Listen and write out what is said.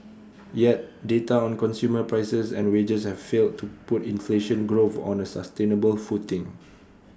yet data on consumer prices and wages have failed to put inflation growth on A sustainable footing